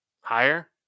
Higher